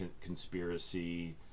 conspiracy